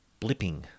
blipping